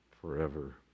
forever